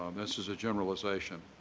this is a generalization